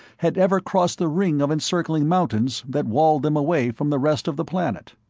had ever crossed the ring of encircling mountains that walled them away from the rest of the planet.